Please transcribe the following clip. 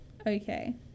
Okay